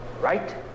right